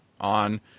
on